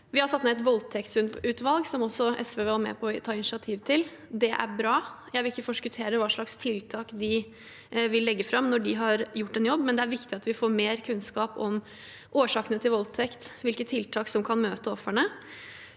Vi har satt ned et voldtektsutvalg, som også SV var med på å ta initiativ til. Det er bra. Jeg vil ikke forskuttere hva slags tiltak vi vil legge fram når de har gjort en jobb, men det er viktig at vi får mer kunnskap om årsakene til voldtekt, hvilke tiltak som kan møte ofrene.